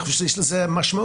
אני חושב שיש לזה משמעות.